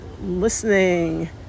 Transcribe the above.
listening